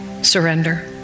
Surrender